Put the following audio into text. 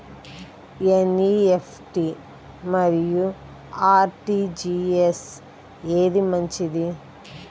NEFT మరియు RTGS ఏది మంచిది?